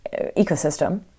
ecosystem